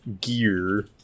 gear